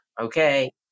okay